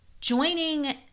joining